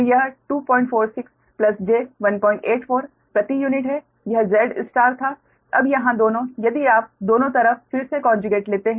तो यह 246 j184 प्रति यूनिट है यह Z था अब यहाँ दोनों यदि आप दोनों तरफ फिर से कोंजुगेट लेते हैं